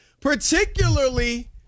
particularly